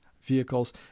vehicles